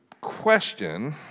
Question